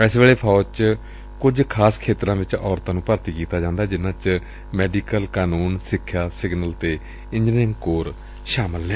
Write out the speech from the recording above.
S ਵੇਲੇ ਫੌਜ ਚ ਕੁਝ ਖਾਸ ਖੇਤਰਾਂ ਵਿਚ ਹੀ ਔਰਤਾਂ ਨੂੰ ਭਰਤੀ ਕੀਤਾ ਜਾਂਦੈ ਜਿਨ੍ਹਾਂ ਚ ਮੈਡੀਕਲ ਕਾਨੁੰਨ ਸਿੱਖਿਆ ਸਿਗਨਲ ਅਤੇ ਇੰਜਨੀਅਰਿੰਗ ਕੋਰ ਸ਼ਾਮਲ ਨੇ